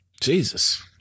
Jesus